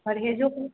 परहेजो